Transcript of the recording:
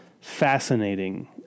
fascinating